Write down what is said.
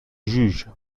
juge